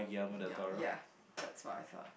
ya ya that's what I thought